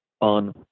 on